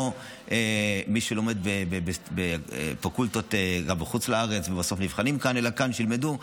לא מי שלומד בפקולטות בחוץ לארץ ובסוף נבחנים כאן אלא שילמדו כאן.